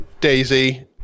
daisy